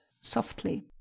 softly